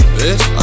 bitch